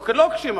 לא כלוקשים,